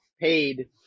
paid